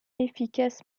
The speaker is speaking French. efficace